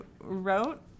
wrote